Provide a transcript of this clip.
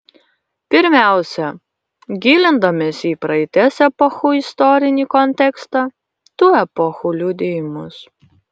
pirmiausia gilindamiesi į praeities epochų istorinį kontekstą tų epochų liudijimus